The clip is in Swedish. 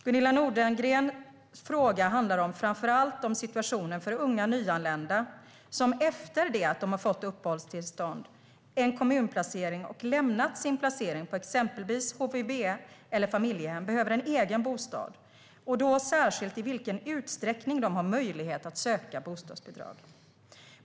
Gunilla Nordgrens fråga handlar framför allt om situationen för unga nyanlända som, efter det att de fått uppehållstillstånd och en kommunplacering och lämnat sin placering på exempelvis HVB eller familjehem, behöver en egen bostad, och då särskilt i vilken utsträckning de har möjlighet att söka bostadsbidrag.